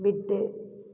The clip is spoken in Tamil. விட்டு